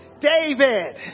David